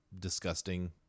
disgusting